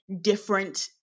different